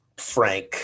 frank